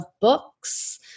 books